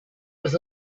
was